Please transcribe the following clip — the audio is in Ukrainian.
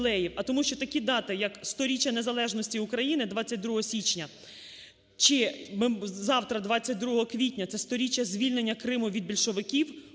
а тому що такі дати, як 100-річчя Незалежності України, 22 січня, чи завтра, 22 квітня, це 100-річчя звільнення Криму від більшовиків